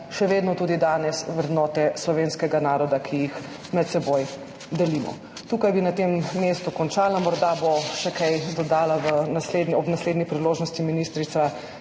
še vedno, tudi danes vrednote slovenskega naroda, ki jih med seboj delimo. Tukaj bi na tem mestu končala, morda bo še kaj dodala ob naslednji priložnosti ministrica